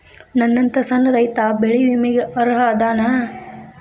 ನನ್ನಂತ ಸಣ್ಣ ರೈತಾ ಬೆಳಿ ವಿಮೆಗೆ ಅರ್ಹ ಅದನಾ?